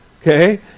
Okay